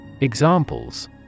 Examples